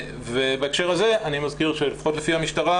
ובהקשר הזה אני מזכיר שלפחות לפי המשטרה